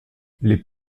les